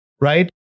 right